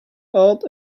art